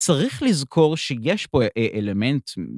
צריך לזכור שיש פה אלמנט...